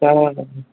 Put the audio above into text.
चङो च